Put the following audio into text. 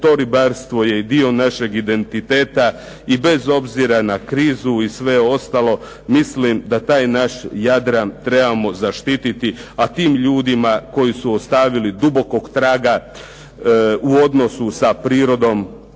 to ribarstvo je dio našeg identiteta i bez obzira na krizu i sve ostalo mislim da taj naš Jadran trebamo zaštititi, a tim ljudima koji su ostavili dubokog traga u odnosu sa prirodom